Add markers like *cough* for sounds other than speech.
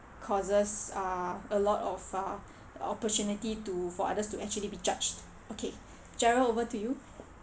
causes uh a lot of uh *breath* opportunity to for others to actually be judged okay *breath* jerald over to you